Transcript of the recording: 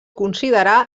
considerar